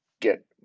get